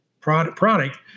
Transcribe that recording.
product